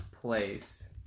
place